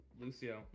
Lucio